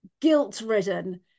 guilt-ridden